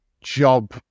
job